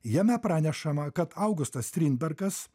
jame pranešama kad augustas strindbergas